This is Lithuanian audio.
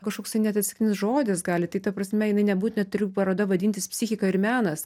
kažkoksai net atsitiktinis žodis gali tai ta prasme jinai nebūtinai turi paroda vadintis psichika ir menas